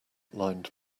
lined